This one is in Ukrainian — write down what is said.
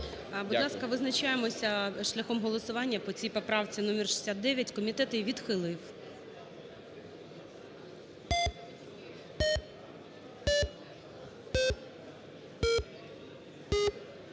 Будь ласка, визначаємося шляхом голосування по цій поправці номер 69. Комітет її відхилив.